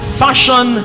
fashion